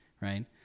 right